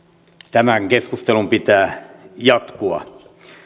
tämän keskustelun pitää jatkua